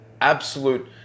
absolute